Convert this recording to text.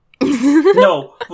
No